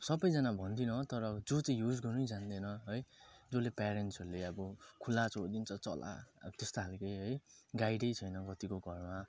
अब सबैजना भन्दिनँ तर अब जो चाहिँ युज गर्नै जान्दैन है जसले पेरेन्टस्हरूले अब खुला छोडिदिन्छ चला अब त्यस्तै खालके है गाइडै छैन कतिको घरमा